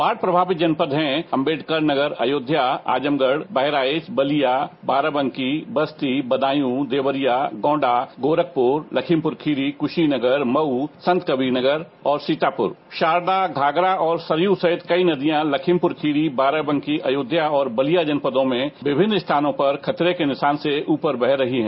बाढ़ प्रभावित जनपदों हैं अंबेडकर नगर अयोध्या आजमगढ़ बहराइच बलिया बाराबंकी बस्ती बदायूं देवरिया गोंडा गोरखपुर लखीमपुर खीरी कुशीनगर मऊ संतकबीरनगर और सीतापुर शारदा घाघरा और सरयू सहित कई नदियां लखीमपुर बाराबंकी अयोध्या और बलिया जनपदों में विभिन्न स्थानों पर खतरे के निशान से ऊपर बह रही हैं